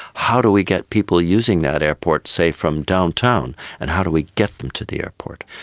how do we get people using that airport, say, from downtown and how do we get them to the airport?